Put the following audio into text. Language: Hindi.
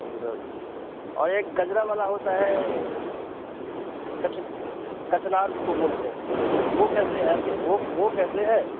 पंद्रह बीस और एक गजरा वाला होता है वो कच कचनार उसको बोलते हैं वो कैसे है आपके वो वो कैसे हैं